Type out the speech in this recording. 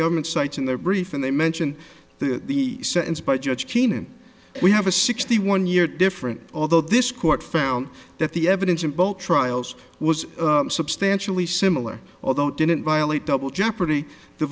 government sites in their brief and they mention the the sentence by judge keenan we have a sixty one year difference although this court found that the evidence in both trials was substantially similar although didn't violate double jeopardy the